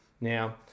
now